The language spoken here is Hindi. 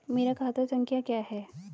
मेरा खाता संख्या क्या है?